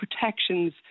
protections